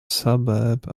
suburb